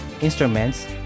instruments